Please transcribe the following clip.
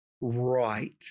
right